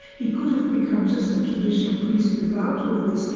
he could have become just a traditional priest without all this,